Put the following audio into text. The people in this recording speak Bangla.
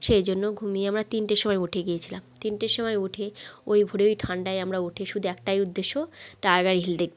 সেই জন্য ঘুমিয়ে আমরা তিনটের সময় উঠে গিয়েছিলাম তিনটের সময় উঠে ওই ভোরে ওই ঠান্ডায় আমরা উঠে শুধু একটাই উদ্দেশ্য টাইগার হিল দেখবো